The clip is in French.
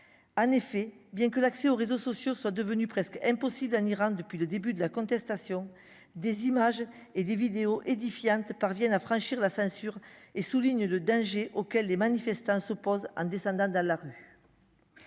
en effet, bien que l'accès aux réseaux sociaux soit devenu presque impossible en Iran depuis le début de la contestation des images et des vidéos édifiante parviennent à franchir la censure et souligne le danger auquel les manifestants s'opposent en descendant dans la rue.